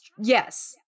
yes